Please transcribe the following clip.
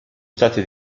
stati